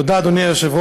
תודה, אדוני היושב-ראש,